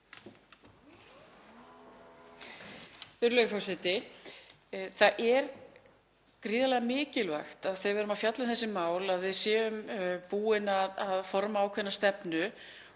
Það er gríðarlega mikilvægt þegar við erum að fjalla um þessi mál að við séum búin að forma ákveðna stefnu